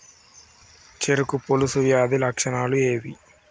చెరుకు పొలుసు వ్యాధి లక్షణాలు ఏవి?